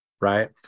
Right